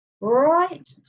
right